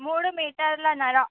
మూడు మీటర్లును అరా